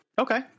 Okay